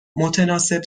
متناسب